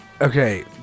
Okay